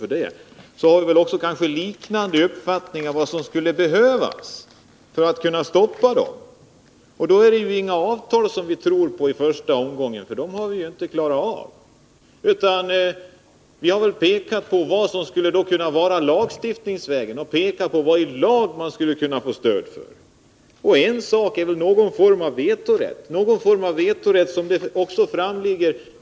Därför har vi Nr 34 ungefär samma uppfattning om vad som skulle behövas för att kunna stoppa Onsdagen den bolagens agerande. Då är det inte avtal som vi i första omgången tror på — 26 november 1980 dem har vi ju inte klarat av. Vi har i stället pekat på vad som skulle kunna ske lagstiftningsvägen, hur man i lagen skulle kunna få ett stöd. En utväg vore väl någon form av vetorätt, som också LO och PTK föreslår.